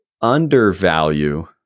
undervalue